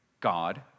God